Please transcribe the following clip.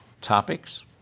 topics